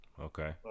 Okay